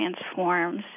transforms